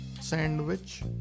sandwich